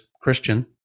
Christian